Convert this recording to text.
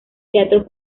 teatro